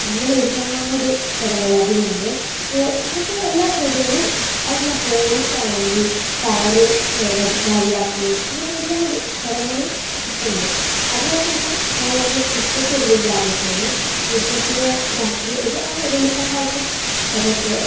അങ്ങനെ ഒരുപാട് ചടങ്ങുകൾ അതിനുണ്ട് ഏ അങ്ങനത്തെ എല്ലാ പരിപാടികളും അത് പിന്നെ ഹോളിക്കാണെങ്കിൽ കളറ് വാരി വാരി ഇതാക്കുകയും അങ്ങനത്തെ ഒരുപാട് ചടങ്ങുകൾ ഇപ്പം ഉണ്ട് അതുപോലത്തന്നെ വയനാട്ടിലെ ക്രിസ്മസ് ഒരു വലിയ ആഘോഷമാണ് ക്രിസ്മസിന് രാത്രി ഒരു ആ വെളുപ്പാങ്കാലത്ത് മറ്റേ